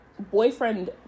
boyfriend